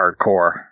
hardcore